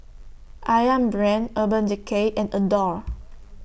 Ayam Brand Urban Decay and Adore